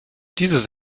dieses